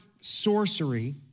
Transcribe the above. sorcery